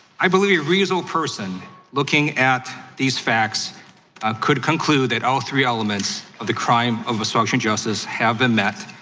i believe a reasonable person looking at these facts could conclude that all three elements of the crime of obstruction justice have been met.